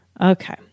Okay